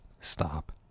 stop